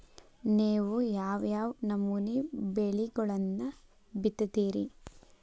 ನೇವು ಯಾವ್ ಯಾವ್ ನಮೂನಿ ಬೆಳಿಗೊಳನ್ನ ಬಿತ್ತತಿರಿ?